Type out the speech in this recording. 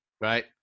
Right